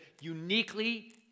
uniquely